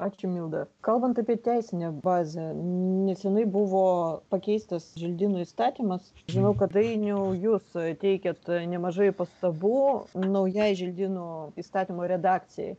ačiū milda kalbant apie teisinę bazę neseniai buvo pakeistas želdynų įstatymas žinojau kad dainiau jūs teikėt nemažai pastabų naujai želdynų įstatymo redakcijai